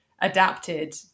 adapted